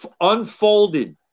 Unfolded